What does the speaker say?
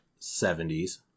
70s